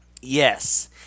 Yes